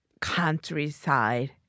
countryside